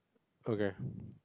okay